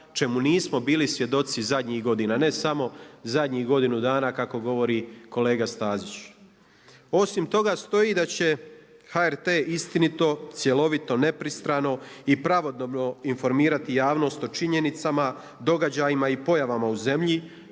čemu nismo bili svjedoci zadnjih godina. Ne samo zadnjih godinu dana kako govori kolega Stazić. Osim toga stoji da će HRT istinito, cjelovito, nepristrano i pravodobno informirati javnost o činjenicama, događajima i pojavama u zemlji